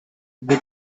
bit